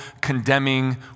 condemning